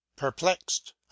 Perplexed